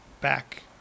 back